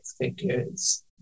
figures